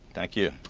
thank you.